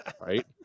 right